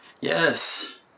Yes